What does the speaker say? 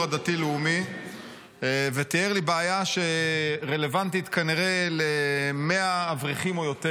הדתי-לאומי ותיאר לי בעיה שרלוונטית כנראה ל-100 אברכים או יותר.